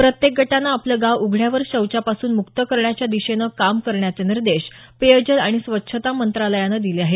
प्रत्येक गटानं आपलं गाव उघड्यावर शौचापासून मुक्त करण्याच्या दिशेनं काम करण्याचे निर्देश पेयजल आणि स्वच्छता मंत्रालयानं दिले आहेत